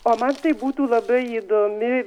o man tai būtų labai įdomi